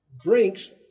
drinks